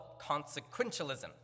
consequentialism